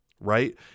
right